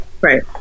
Right